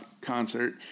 concert